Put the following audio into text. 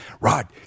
Rod